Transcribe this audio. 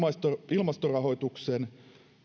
ilmastorahoituksen